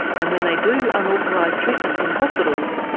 and when they do unauthorised treatments in hospitals,